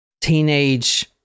Teenage